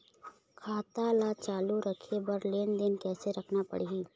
खाता ला चालू रखे बर लेनदेन कैसे रखना पड़ही?